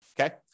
Okay